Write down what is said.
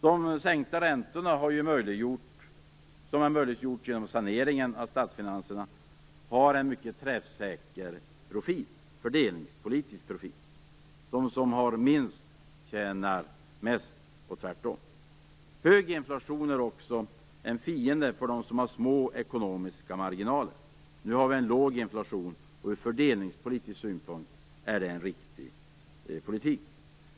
De sänkta räntorna, som möjliggjorts genom saneringen av statsfinanserna, har en mycket träffsäker fördelningspolitisk profil. De som har minst tjänar mest och tvärtom. Hög inflation är också en fiende för dem som har små ekonomiska marginaler. Nu har vi låg inflation, vilket ur fördelningspolitisk synpunkt är en riktig politik.